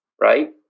right